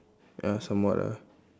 ya somewhat ah